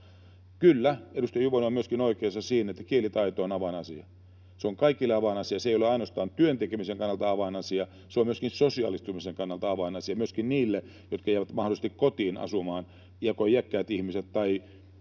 Kyllä, edustaja Juvonen on oikeassa myöskin siinä, että kielitaito on avainasia. Se on kaikille avainasia: se ei ole ainoastaan työn tekemisen kannalta avainasia, se on myöskin sosiaalistumisen kannalta avainasia, myöskin niille, jotka mahdollisesti jäävät kotiin asumaan, joko iäkkäät ihmiset tai